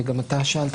וגם אתה שאלת,